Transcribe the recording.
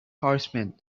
horsemen